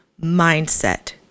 mindset